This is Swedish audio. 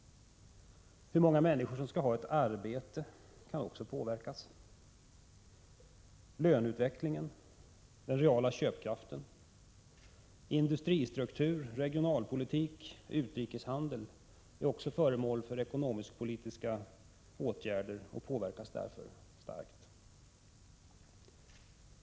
—- Hur många människor som skall ha ett arbete påverkas. — Löneutvecklingen och den reala köpkraften påverkas. —- Industristruktur, regionalpolitik och utrikeshandel är också föremål för ekonomisk-politiska åtgärder och påverkas därför starkt.